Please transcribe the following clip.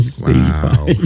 wow